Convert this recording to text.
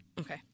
Okay